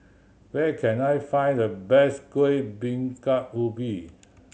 where can I find the best Kuih Bingka Ubi